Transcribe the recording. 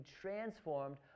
transformed